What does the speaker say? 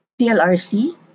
TLRC